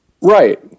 Right